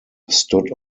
stood